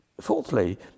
Fourthly